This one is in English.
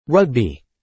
Rugby